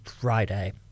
Friday